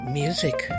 music